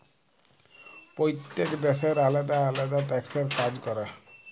প্যইত্তেক দ্যাশের আলেদা আলেদা ট্যাক্সের কাজ ক্যরে